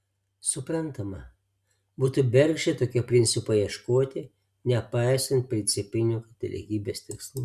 suprantama būtų bergždžia tokio principo ieškoti nepaisant principinių katalikybės tikslų